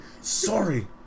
sorry